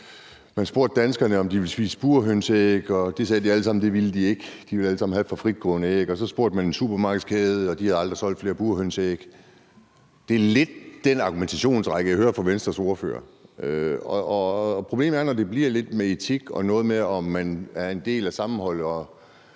man spurgte danskerne, om de ville spise burhønseæg, og det sagde de alle sammen de ikke ville; de ville alle sammen have æg fra fritgående høns. Så spurgte man en supermarkedskæde, og de havde aldrig solgt flere burhønseæg. Det er lidt den argumentationsrække, jeg hører fra Venstres ordfører. Problemet er der, når det bliver noget med etik og noget med, om man er en del af sammenholdet.